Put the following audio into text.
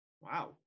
Wow